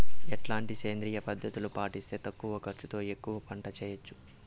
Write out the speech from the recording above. ఎట్లాంటి సేంద్రియ పద్ధతులు పాటిస్తే తక్కువ ఖర్చు తో ఎక్కువగా పంట చేయొచ్చు?